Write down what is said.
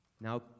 Now